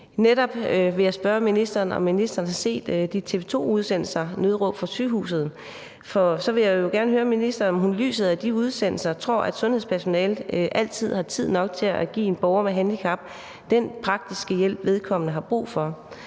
Jeg vil spørge ministeren, om ministeren har set TV 2-udsendelserne »Opråb fra sygehuset«, for så vil jeg gerne høre ministeren, om hun i lyset af de udsendelser tror, at sundhedspersonalet altid har tid nok til at give en borger med handicap den praktiske hjælp, vedkommende har brug for.